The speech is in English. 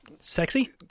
Sexy